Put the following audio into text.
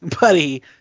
buddy